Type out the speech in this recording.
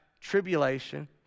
tribulation